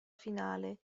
finale